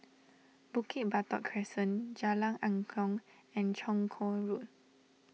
Bukit Batok Crescent Jalan Angklong and Chong Kuo Road